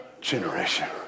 generation